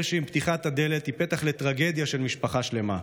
פתיחת הדלת היא פתח לטרגדיה של משפחה שלמה.